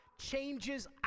changes